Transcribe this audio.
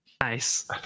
Nice